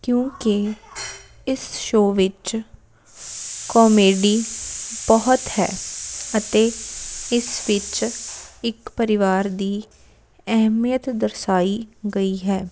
ਕਿਉਂਕਿ ਇਸ ਸ਼ੋਅ ਵਿੱਚ ਕੋਮੇਡੀ ਬਹੁਤ ਹੈ ਅਤੇ ਇਸ ਵਿੱਚ ਇੱਕ ਪਰਿਵਾਰ ਦੀ ਅਹਿਮੀਅਤ ਦਰਸਾਈ ਗਈ ਹੈ